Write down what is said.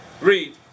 Read